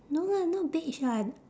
no lah not beige [what]